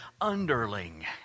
underling